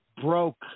broke